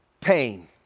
pain